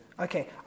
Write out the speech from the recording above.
Okay